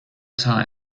time